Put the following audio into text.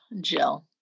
jill